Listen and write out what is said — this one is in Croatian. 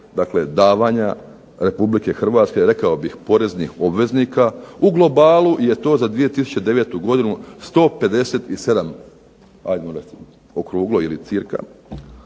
i kroz davanja Republike Hrvatske, rekao bih poreznih obveznika, u globalu je to za 2009. godinu 157 okruglo ili cca